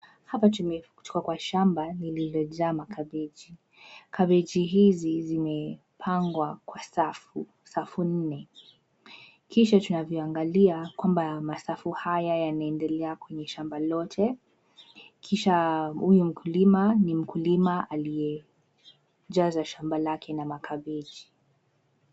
Hapa tuko kwa shamba lililojaa makabeji, kabeji hizi zimepangwa kwa safu nne, kisha tunavyoangalia kwamba masafu haya yanaendelea kwenye shamba lote, kisha, huyu mkulima ni mkulima aliye, jaza shamba lake na makabeji.